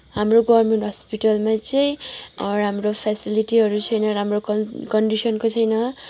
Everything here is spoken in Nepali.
हाम्रो गभर्मेन्ट हस्पिटलमा चाहिँ राम्रो फेसिलिटीहरू छैन राम्रो कन कन्डिसनको छैन